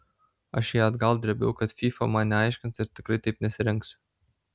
aš jai atgal drėbiau kad fyfa man neaiškins ir tikrai taip nesirengsiu